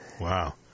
Wow